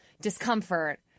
discomfort